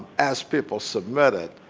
as people submit it,